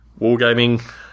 wargaming